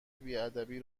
بیادبی